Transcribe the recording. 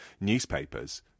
newspapers